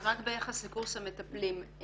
רק ביחס לקורס המטפלים.